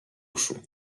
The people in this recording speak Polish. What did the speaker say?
uszu